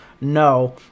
No